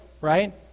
right